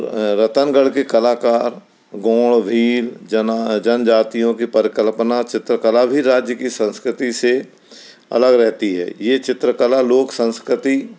रतनगढ़ की कला का गोंरभीड़ जना जनजातियों की परिकल्पना चित्रकला भी राज्य की संस्कृति से अलग रहती है यह चित्रकला लोक संस्कृति